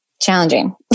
challenging